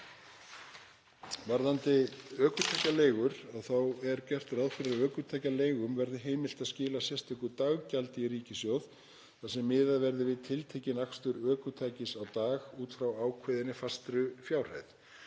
Varðandi ökutækjaleigur er gert ráð fyrir að ökutækjaleigum verði heimilt að skila sérstöku daggjald í ríkissjóð þar sem miðað verði við tiltekinn aksturs ökutækis á dag út frá ákveðinni fastri fjárhæð.